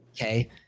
okay